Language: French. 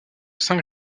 saint